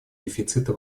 дефицита